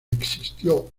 existió